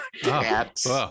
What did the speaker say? Cats